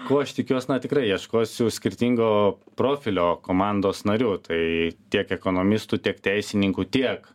ko aš tikiuos na tikrai ieškosiu skirtingo profilio komandos narių tai tiek ekonomistų tiek teisininkų tiek